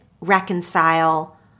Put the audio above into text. reconcile